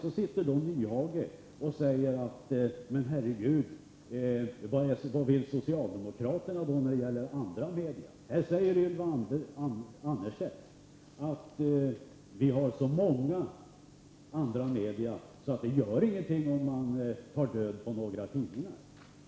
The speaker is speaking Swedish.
Så undrar Nyhage vad socialdemokraterna vill när det gäller de andra medierna. Ylva Annerstedt säger att vi har så många andra medier att det inte gör någonting om man tar död på några tidningar.